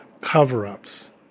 cover-ups